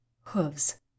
hooves